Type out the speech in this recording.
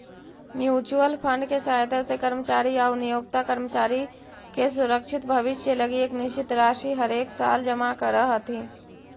mutual fund के सहायता से कर्मचारी आउ नियोक्ता कर्मचारी के सुरक्षित भविष्य लगी एक निश्चित राशि हरेकसाल जमा करऽ हथिन